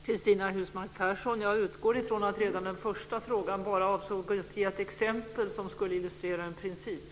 Jag utgår från att Cristina Husmark Pehrsson redan i den första frågan bara avsåg att ge ett exempel som skulle illustrera en princip.